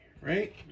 right